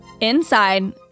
Inside